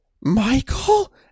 Michael